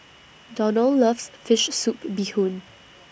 Donal loves Fish Soup Bee Hoon